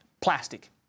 plastic